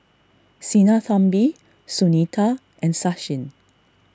Sinnathamby Sunita and Sachin